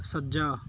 ਸੱਜਾ